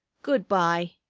good-by.